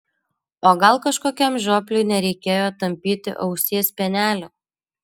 o gal kažkokiam žiopliui nereikėjo tampyti ausies spenelio